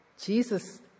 Jesus